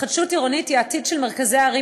התחדשות עירונית היא העתיד של מרכזי הערים